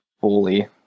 fully